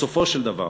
בסופו של דבר,